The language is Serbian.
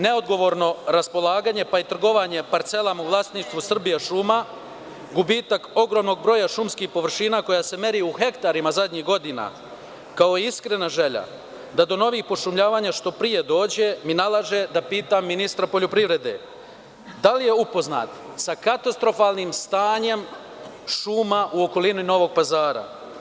Neodgovorno raspolaganje, pa i trgovanje parcelama u vlasništvu „Srbijašuma“, gubitak ogromnog broja šumskih površina, koji se meri u hektarima zadnjih godina, kao i iskrena želja da do novih pošumljavanja što pre dođe, mi nalaže da pitam ministra poljoprivrede – da li je upoznat sa katastrofalnim stanjem šuma u okolini Novog Pazara?